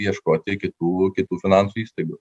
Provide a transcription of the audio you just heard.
ieškoti kitų kitų finansų įstaigos